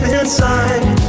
inside